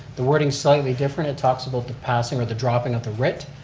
the wording's slightly different, it talks about the passing of the dropping of the writ,